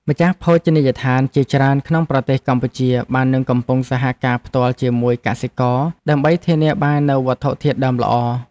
ម្ចាស់ភោជនីយដ្ឋានជាច្រើនក្នុងប្រទេសកម្ពុជាបាននឹងកំពុងសហការផ្ទាល់ជាមួយកសិករ ដើម្បីធានាបាននូវវត្ថុធាតុដើមល្អ។